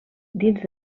dins